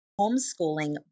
homeschooling